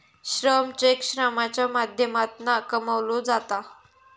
श्रम चेक श्रमाच्या माध्यमातना कमवलो जाता